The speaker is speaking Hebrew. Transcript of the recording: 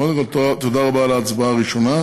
קודם כול, תודה רבה על ההצבעה הראשונה.